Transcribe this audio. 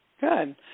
Good